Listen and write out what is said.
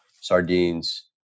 sardines